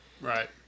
Right